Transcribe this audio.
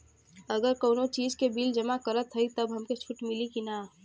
अगर कउनो चीज़ के बिल जमा करत हई तब हमके छूट मिली कि ना?